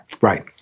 right